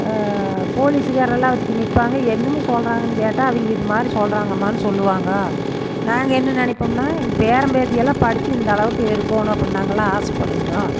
போலீஸுகாரெல்லாம் வந்திக்கி நிற்பாங்க என்னங்க சொல்கிறாங்கனு கேட்டால் அவங்க இது மாதிரி சொல்கிறாங்கம்மான் சொல்வாங்க நாங்கள் என்ன நினைப்போம்னா எங்க பேரன் பேத்தியெல்லாம் படிச்சு இந்த அளவுக்கு இருக்கோணும் அப்புடின் நாங்கெல்லாம் ஆசைப்படுவோங்கோ